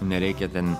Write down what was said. nereikia ten